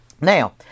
Now